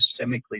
systemically